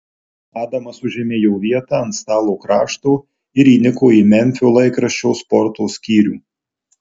adamas užėmė jo vietą ant stalo krašto ir įniko į memfio laikraščio sporto skyrių